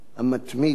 המתמיד,